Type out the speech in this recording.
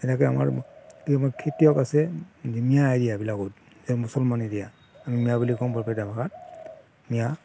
এনেকৈ আমাৰ কিছুমান খেতিয়ক আছে মিঞা এৰিয়াবিলাকত এই মুছলমান এৰিয়া আমি মিঞা বুলি কওঁ বৰপেটীয়া ভাষাত মিঞা